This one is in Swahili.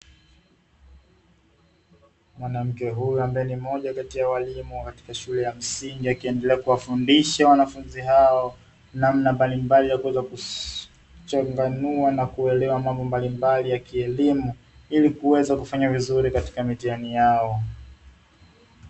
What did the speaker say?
Mwanamke huyu ambaye ni mmoja kati ya walimu katika shule ya msingi, akiendelea kuwa fundishwa wanafunzi hao; namna mbalimbali ya kuweza kuchanganua na kuelewa mambo mbalimbali ya kielimu, ili kuweza kufanya vizuri katika mitihani yao.